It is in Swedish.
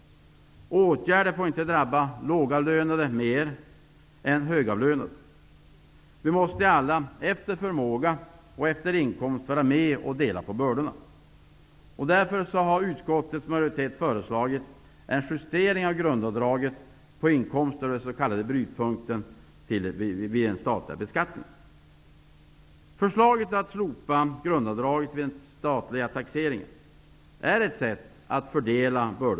Därför måste i första hand den förhindras. Genom kraftfulla insatser skall vi vidta åtgärder för att ge ungdomar arbete eller utbildning. Vi skall bibehålla en låg inflation. Jag noterade att Allan Larsson sade att vi skall ha prisstabilitet på god europeisk nivå.